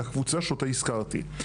לקבוצה שאותה הזכרתי,